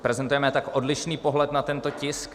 Prezentujeme tak odlišný pohled na tento tisk.